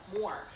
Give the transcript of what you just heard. more